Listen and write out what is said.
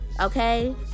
Okay